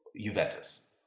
Juventus